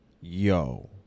Yo